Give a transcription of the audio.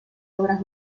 obras